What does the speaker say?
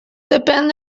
depèn